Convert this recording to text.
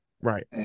Right